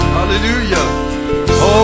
Hallelujah